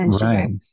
Right